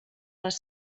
les